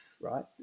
right